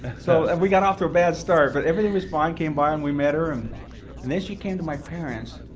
so and we got off to a bad start, but everything was fine. came by and we met her, um and then she to my parents.